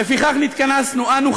"לפיכך נתכנסנו אנו,